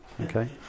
okay